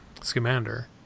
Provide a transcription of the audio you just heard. scamander